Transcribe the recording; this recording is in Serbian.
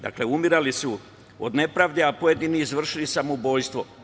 Dakle, umirali su od nepravde, a pojedini izvršili samoubistvo.